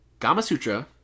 Gamasutra